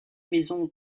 maison